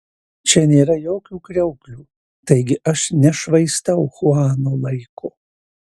čia nėra jokių kriauklių taigi aš nešvaistau chuano laiko